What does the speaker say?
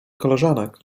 koleżanek